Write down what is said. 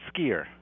skier